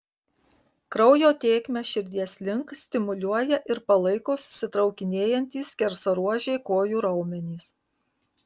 kraujo tėkmę širdies link stimuliuoja ir palaiko susitraukinėjantys skersaruožiai kojų raumenys